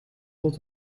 tot